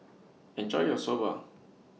Enjoy your Soba